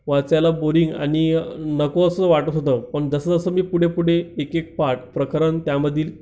वाचायला बोरींग आणि नको असं वाटत होतं पण जसं जसं मी पुढे पुढे एक एक पार्ट प्रकरण त्यामधील